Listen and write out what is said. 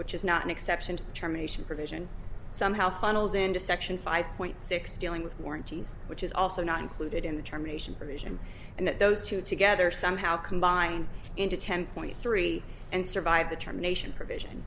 which is not an exception to the terminations provision somehow funnels into section five point six dealing with warranties which is also not included in the terminations provision and that those two together somehow combine into ten point three and survive the termination provision